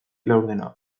laurdena